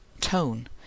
tone